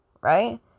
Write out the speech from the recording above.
right